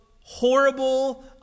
horrible